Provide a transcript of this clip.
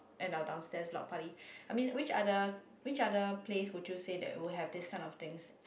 at our downstairs block party I mean which are the which other place you would say that would have this kind of things